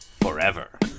forever